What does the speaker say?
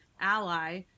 ally